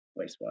wastewater